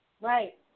Right